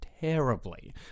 terribly